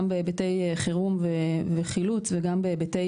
גם בהיבטי חירום וחילוץ וגם בהיבטי